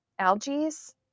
Algaes